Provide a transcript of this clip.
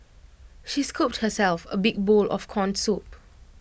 she scooped herself A big bowl of Corn Soup